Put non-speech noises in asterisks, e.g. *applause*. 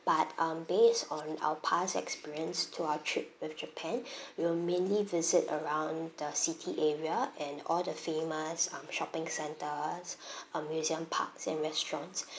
but um base on our past experience to our trip with japan *breath* we'll mainly visit around the city area and all the famous um shopping centres *breath* um museum parks and restaurant *breath*